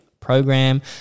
program